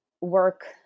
work